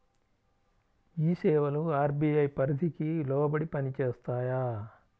ఈ సేవలు అర్.బీ.ఐ పరిధికి లోబడి పని చేస్తాయా?